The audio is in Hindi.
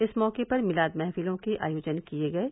इस मौके पर मिलाद महफिलों के आयोजन किये गये